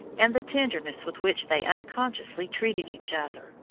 and the tenderness with which they unconsciously treated each other,